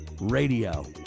Radio